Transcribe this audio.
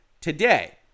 today